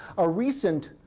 a recent